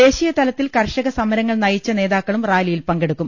ദേശീയതലത്തിൽ കർഷക സമരങ്ങൾ നയിച്ച നേതാക്കളും റാലിയിൽ പങ്കെടുക്കും